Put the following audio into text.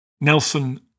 Nelson